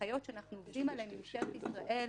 בהנחיות שאנחנו עובדים עליהן עם משטרת ישראל,